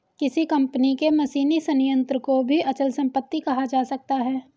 किसी कंपनी के मशीनी संयंत्र को भी अचल संपत्ति कहा जा सकता है